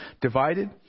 divided